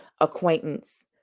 acquaintance